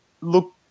look